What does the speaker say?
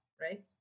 Right